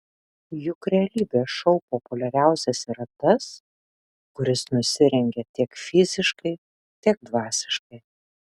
juk realybės šou populiariausias yra tas kuris nusirengia tiek fiziškai tiek dvasiškai